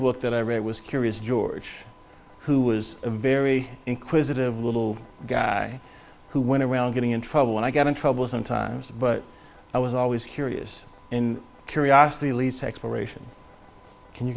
book that i read was curious george who was a very inquisitive little guy who went around getting in trouble when i got in trouble sometimes but i was always curious curiosity lease expirations can you